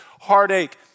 heartache